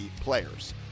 players